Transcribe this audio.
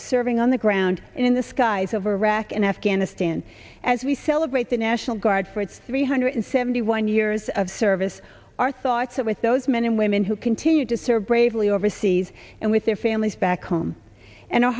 a serving on the ground in the skies over iraq and afghanistan as we celebrate the national guard for its three hundred seventy one years of service our thoughts are with those men and women who continue to serve bravely overseas and with their families back home and our